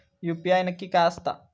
UPI नक्की काय आसता?